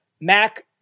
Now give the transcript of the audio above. Mac